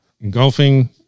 engulfing